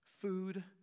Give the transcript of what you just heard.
food